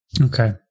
Okay